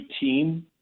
team